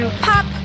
Pop